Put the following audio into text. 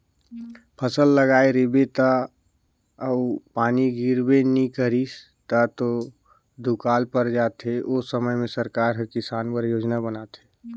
फसल लगाए रिबे अउ पानी गिरबे नी करिस ता त दुकाल पर जाथे ओ समे में सरकार हर किसान बर योजना बनाथे